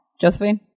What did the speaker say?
Josephine